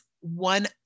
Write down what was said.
one